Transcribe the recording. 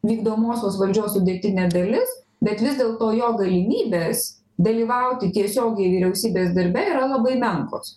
vykdomosios valdžios sudėtinė dalis bet vis dėlto jo galimybės dalyvauti tiesiogiai vyriausybės darbe yra labai menkos